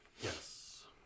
Yes